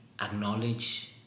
acknowledge